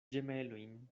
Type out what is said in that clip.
ĝemelojn